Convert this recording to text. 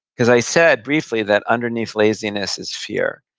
because i said briefly that underneath laziness is fear,